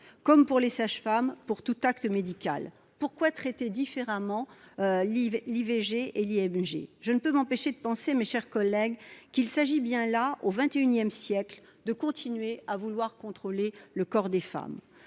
comme pour les sages-femmes, pour tout acte médical. Pourquoi traiter l'IVG et I'IMG à part ? Je ne peux m'empêcher de penser, mes chers collègues, qu'il s'agit bien là, au XXI siècle, de continuer à vouloir contrôler le corps des femmes.